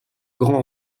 grand